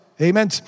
Amen